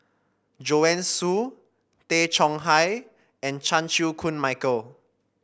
Joanne Soo Tay Chong Hai and Chan Chew Koon Michael